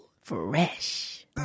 Fresh